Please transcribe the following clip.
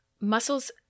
muscles